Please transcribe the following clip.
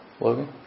Logan